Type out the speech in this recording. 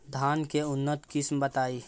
धान के उन्नत किस्म बताई?